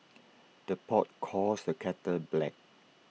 the pot calls the kettle black